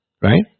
right